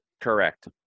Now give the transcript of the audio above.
Correct